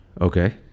Okay